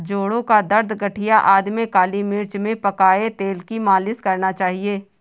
जोड़ों का दर्द, गठिया आदि में काली मिर्च में पकाए तेल की मालिश करना चाहिए